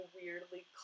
weirdly